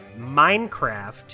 Minecraft